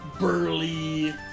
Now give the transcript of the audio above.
burly